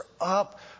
up